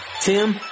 Tim